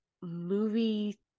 movie